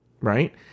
right